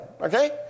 okay